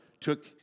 took